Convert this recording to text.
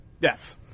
Yes